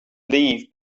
leave